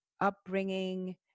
upbringing